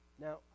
Now